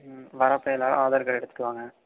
ம் வரப்போது எல்லாேரும் ஆதார் கார்ட் எடுத்துகிட்டு வாங்க